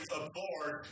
aboard